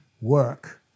work